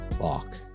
fuck